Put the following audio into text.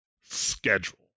schedule